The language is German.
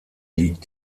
liegt